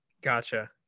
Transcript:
Gotcha